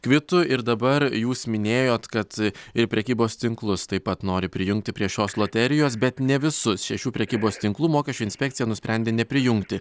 kvitų ir dabar jūs minėjot kad a ir prekybos tinklus taip pat nori prijungti prie šios loterijos bet ne visus šešių prekybos tinklų mokesčių inspekcija nusprendė neprijungti